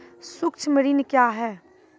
सुक्ष्म ऋण क्या हैं?